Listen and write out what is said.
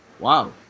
wow